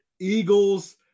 Eagles